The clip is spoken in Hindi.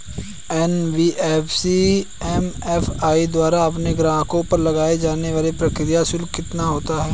एन.बी.एफ.सी एम.एफ.आई द्वारा अपने ग्राहकों पर लगाए जाने वाला प्रक्रिया शुल्क कितना होता है?